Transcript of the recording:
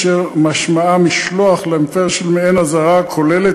אשר משמעה משלוח למפר מעין אזהרה הכוללת